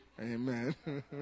Amen